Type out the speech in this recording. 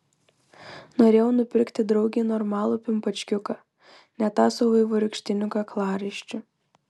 norėjau nupirkti draugei normalų pimpačkiuką ne tą su vaivorykštiniu kaklaraiščiu